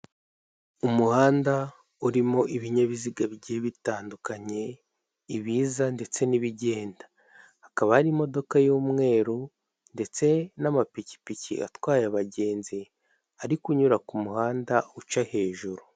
Umuhanda urimo ibinyabiziga bigiye bitandukanye ibiza ndetse n'ibigenda hakaba hari imodoka y'umweru ndetse n'amapikipiki atwaye abagenzi ari kunyura kumuhanda uca hejuru.